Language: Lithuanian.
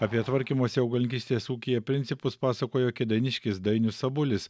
apie tvarkymosi augalininkystės ūkyje principus pasakojo kėdainiškis dainius sabulis